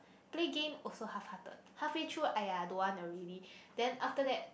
play game also halfhearted halfway through !aiya! don't want already then after that